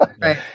Right